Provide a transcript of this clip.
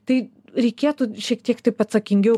tai reikėtų šiek tiek tip atsakingiau